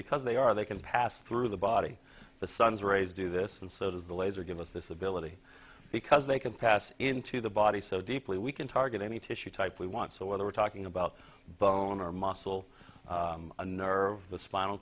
because they are they can pass through the body the sun's rays do this and so does the laser give us this ability because they can pass into the body so deeply we can target any tissue type we want so whether we're talking about bone or muscle and nerve the spinal